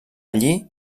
allí